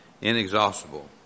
Inexhaustible